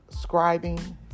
scribing